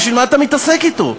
בשביל מה אתה מתעסק אתו?